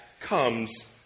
comes